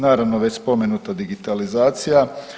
Naravno već spomenuta digitalizacija.